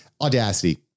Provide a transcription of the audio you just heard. Audacity